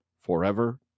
forever